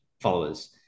followers